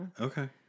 okay